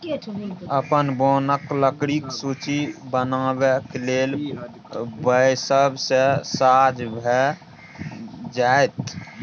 अपन बोनक लकड़ीक सूची बनाबय लेल बैसब तँ साझ भए जाएत